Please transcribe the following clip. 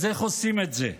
אז איך עושים את זה?